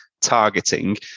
targeting